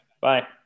Bye